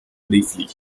briefly